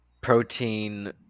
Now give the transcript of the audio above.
protein